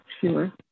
sure